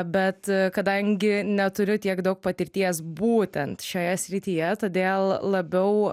bet kadangi neturiu tiek daug patirties būtent šioje srityje todėl labiau